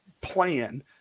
plan